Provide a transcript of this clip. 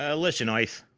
ah listen earth.